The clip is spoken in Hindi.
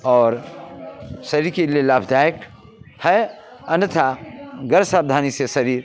और शरीर के लिए लाभदायक है अन्यतः ग़ैर सावधानी से शरीर